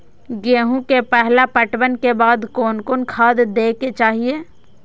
गेहूं के पहला पटवन के बाद कोन कौन खाद दे के चाहिए?